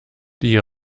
die